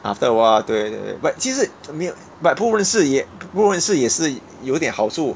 after a while 对对对 but 其实没有 but 不容易的事也不容易的事也是有一点好处